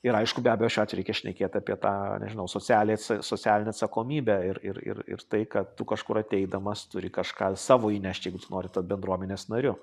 ir aišku be abejo šiuo atveju reikia šnekėt apie tą nežinau socialią socialinę atsakomybę ir ir ir ir tai kad tu kažkur ateidamas turi kažką savo įnešt jeigu tu nori tapt bendruomenės nariu